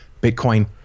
Bitcoin